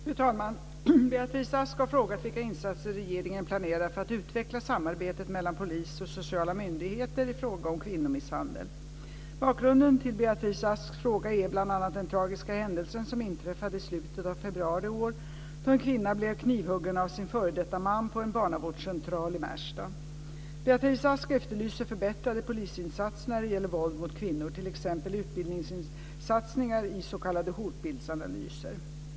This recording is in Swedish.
Fru talman! Beatrice Ask har frågat vilka insatser regeringen planerar för att utveckla samarbetet mellan polis och sociala myndigheter i fråga om kvinnomisshandel. Bakgrunden till Beatrice Asks fråga är bl.a. den tragiska händelse som inträffade i slutet av februari i år, då en kvinna blev knivhuggen av sin f.d. man på en barnavårdscentral i Märsta. Beatrice Ask efterlyser förbättrade polisinsatser när det gäller våld mot kvinnor, t.ex. utbildningssatsningar i s.k. hotbildsanalyser.